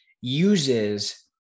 uses